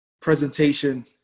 presentation